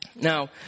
Now